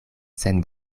sen